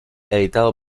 editado